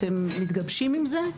אתם מתגבשים עם זה?